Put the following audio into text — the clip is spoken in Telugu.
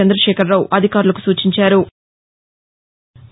చంద్రశేఖరరావు అధికారులకు సూచించారు